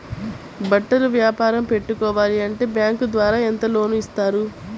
బట్టలు వ్యాపారం పెట్టుకోవాలి అంటే బ్యాంకు ద్వారా ఎంత లోన్ ఇస్తారు?